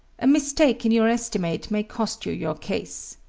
a mistake in your estimate may cost you your case.